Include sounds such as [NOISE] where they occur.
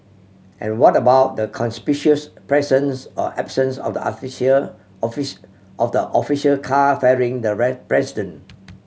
and what about the conspicuous presence or absence of the [UNINTELLIGIBLE] of the official car ferrying the [UNINTELLIGIBLE] president